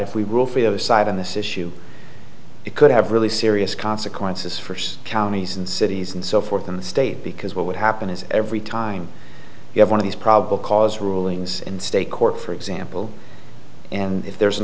for side on this issue it could have really serious consequences for counties and cities and so forth in the state because what would happen is every time you have one of these probable cause rulings in state court for example and if there's an